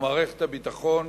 ומערכת הביטחון